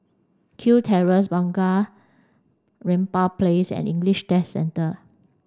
Kew Terrace Bunga Rampai Place and English Test Centre